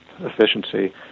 efficiency